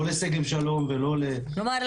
לא לשגב שלום ולא --- כלומר,